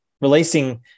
Releasing